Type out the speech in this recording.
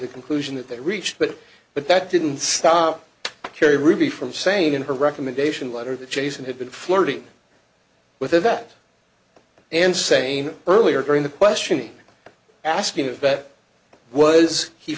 the conclusion that they reached but but that didn't stop kerry ruby from saying in her recommendation letter that jason had been flirting with yvette and same earlier during the questioning asking a vet was he